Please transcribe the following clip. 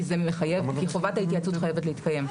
כי חובת ההתייעצות חייבת להתקיים.